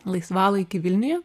laisvalaikį vilniuje